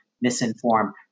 misinformed